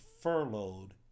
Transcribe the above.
furloughed